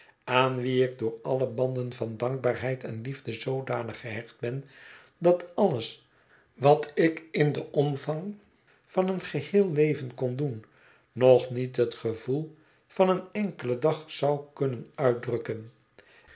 aan wie ik door alle banden van dankbaarheid en liefde zoodanig gehecht ben dat alles wat ik in den omvang van een geheel leven kon doen nog niet het gevoel van een enkelen dag zou kunnen uitdrukken